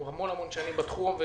הוא המון שנים בתחום.